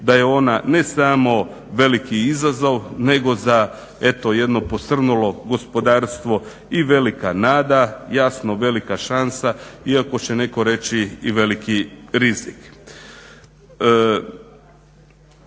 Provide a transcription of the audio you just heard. da je ona ne samo veliki izazov, nego za eto jedno posrnulo gospodarstvo i velika nada, jasno velika šansa iako će netko reći i veliki rizik.